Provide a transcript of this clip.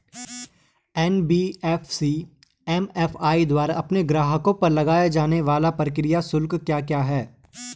NBFC MFI द्वारा अपने ग्राहकों पर लगाए जाने वाले प्रक्रिया शुल्क क्या क्या हैं?